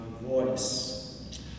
voice